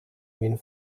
vint